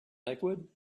liquid